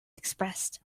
expressed